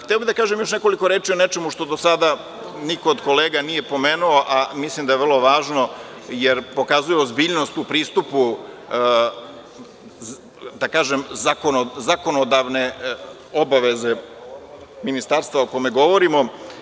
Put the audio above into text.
Hteo bih da kažem još nekoliko reči o nečemu što do sada niko od kolega nije pomenu, a mislim da je vrlo važno jer pokazuje ozbiljnost u pristupu, da kažem, zakonodavne obaveze Ministarstva o kome govorimo.